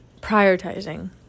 prioritizing